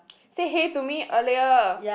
say hey to me earlier